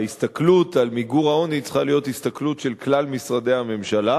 ההסתכלות על מיגור העוני צריכה להיות הסתכלות של כלל משרדי הממשלה.